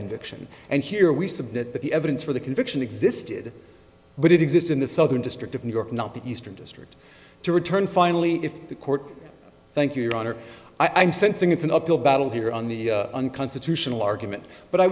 conviction and here we submit that the evidence for the conviction existed but it exists in the southern district of new york not the eastern district to return finally if the court thank you your honor i'm sensing it's an uphill battle here on the unconstitutional argument but i